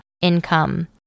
income